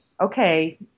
okay